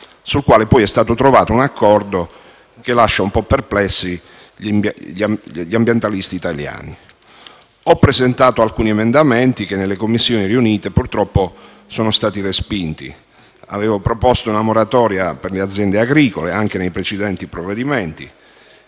sul quale poi è stato trovato un accordo che lascia un po' perplessi gli ambientalisti italiani. Ho presentato alcuni emendamenti che nelle Commissioni riunite purtroppo sono stati respinti. Avevo proposto una moratoria per le aziende agricole, anche nei precedenti provvedimenti,